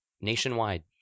nationwide